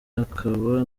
akaba